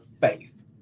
faith